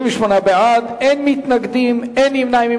28 בעד, אין מתנגדים, אין נמנעים.